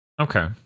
Okay